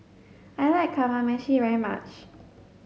I like Kamameshi very much